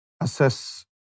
assess